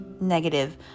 negative